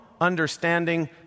understanding